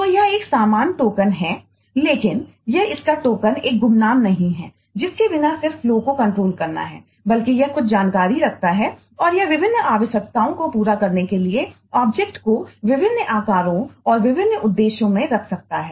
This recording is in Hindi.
तो यह एक समान टोकन को विभिन्न आकारों और विभिन्न उद्देश्यों में रख सकता है